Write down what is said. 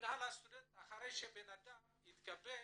אחרי שהאדם התקבל,